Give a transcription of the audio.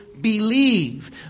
believe